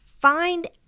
Find